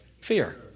fear